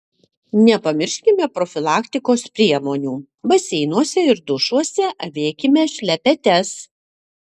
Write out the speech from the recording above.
nepamirškime profilaktikos priemonių baseinuose ir dušuose avėkime šlepetes